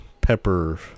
Pepper